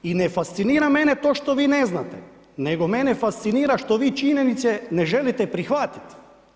I ne fascinira mene to što vi ne znate, nego mene fascinira što vi činjenice ne želite prihvatiti.